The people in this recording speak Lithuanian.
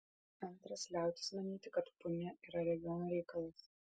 antras liautis manyti kad punia yra regiono reikalas